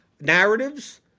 narratives